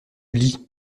lis